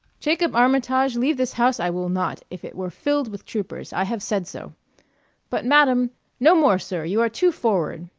jacob armitage, leave this house i will not, if it were filled with troopers i have said so but, madam no more, sir you are too forward,